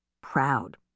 proud